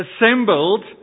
assembled